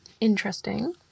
interesting